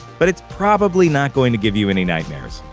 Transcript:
but it's probably not going to give you any nightmares.